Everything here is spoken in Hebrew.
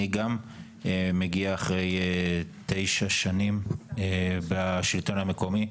אני גם מגיע אחרי תשע שנים בשלטון המקומי.